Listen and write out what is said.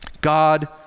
God